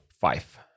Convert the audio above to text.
five